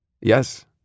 Yes